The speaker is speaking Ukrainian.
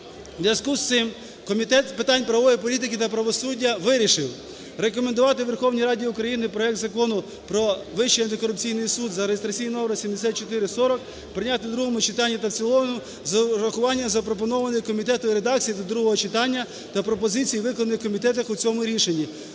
зв'язку з цим, Комітет з питань правової політики та правосуддя вирішив: Рекомендувати Верховній Раді України проект Закону про Вищий антикорупційний суд за (реєстраційним номером 7440) прийняти в другому читанні та в цілому з урахуванням запропонованої комітетом редакції до другого читання та пропозицій, викладених комітетом у цьому рішенні,